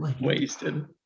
Wasted